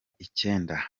icyenda